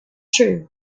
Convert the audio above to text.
true